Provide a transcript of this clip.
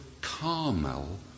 Carmel